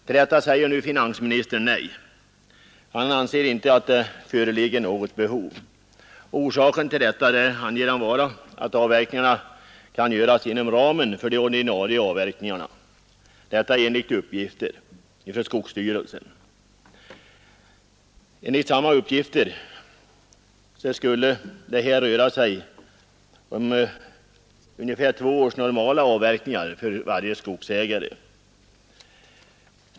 Till detta säger nu finansministern nej. Han anser inte att det föreligger något behov härav. Orsaken härtill skulle vara uppgifter från skogsstyrelsen att avverkningarna kan göras inom ramen för de ordinarie avverkningarna. Enligt samma uppgifter skulle det här röra sig om ungefär två års normala avverkningar för varje skogsägare.